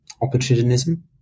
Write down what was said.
opportunism